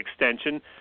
extension